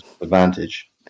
advantage